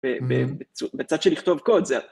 ‫בצד של לכתוב קוד זה